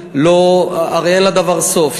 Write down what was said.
הרי אין לדבר סוף.